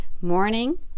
morning